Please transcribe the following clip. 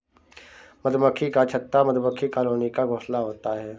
मधुमक्खी का छत्ता मधुमक्खी कॉलोनी का घोंसला होता है